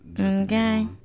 okay